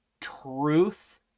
truth